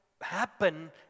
happen